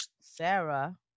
Sarah